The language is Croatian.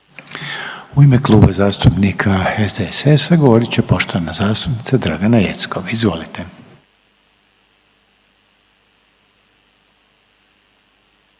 u ime Kluba zastupnika HDZ-a govoriti poštovana zastupnica Zdravka Bušić, izvolite.